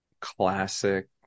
classic